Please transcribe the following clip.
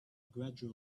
gradual